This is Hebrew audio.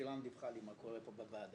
שירן דיווחה לי מה קורה פה בוועדה.